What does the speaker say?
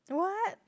what